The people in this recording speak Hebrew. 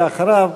ואחריו,